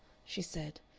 she said.